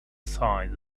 size